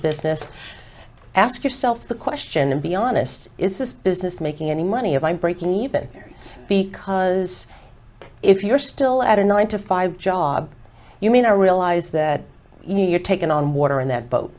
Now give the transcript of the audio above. business ask yourself the question and be honest is this business making any money if i'm breaking need better because if you're still at a nine to five job you mean i realize that you're taking on water in that boat